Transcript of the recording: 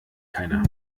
keiner